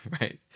right